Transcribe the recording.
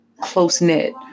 close-knit